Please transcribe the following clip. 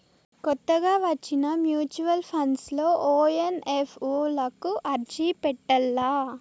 కొత్తగా వచ్చిన mutual funds లో ఓ ఎన్.ఎఫ్.ఓ లకు అర్జీ పెట్టల్ల